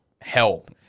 help